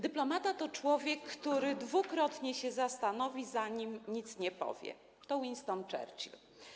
Dyplomata to człowiek, który dwukrotnie się zastanowi, zanim nic nie powie - to Winston Churchill.